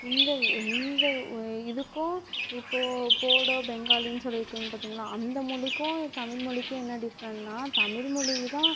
இந்த இந்த இதுக்கும் இப்போ போடோ பெங்காலின்னு சொல்லியிருக்கீங்க பார்த்திங்களா அந்த மொழிக்கும் தமிழ்மொழிக்கும் என்ன டிஃப்ரண்ட்னா தமிழ்மொழிதான்